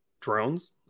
drones